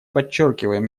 подчеркиваем